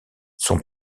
sont